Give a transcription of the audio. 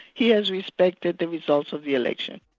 he has respected the results of the election.